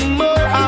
more